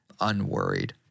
unworried